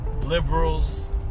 liberals